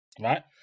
right